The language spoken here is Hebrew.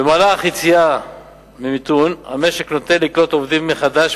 במהלך יציאה ממיתון המשק נוטה לקלוט עובדים מחדש,